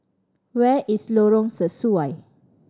where is Lorong Sesuai